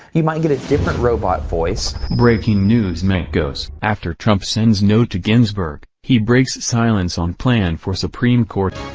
you might get a different robot voice. breaking news mencos, mencos, after trump sends note to ginsburg he breaks silence on plan for supreme court